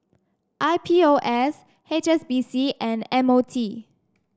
I P O S H S B C and M O T